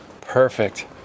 Perfect